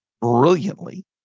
brilliantly